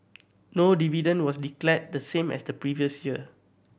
no dividend was declared the same as the previous year